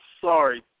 sorry